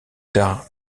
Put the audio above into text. tard